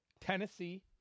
Tennessee